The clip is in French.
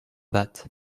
bapt